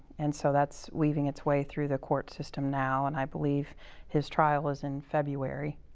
and so, that's weaving its way through the court system now, and i believe his trial is in february.